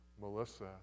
Melissa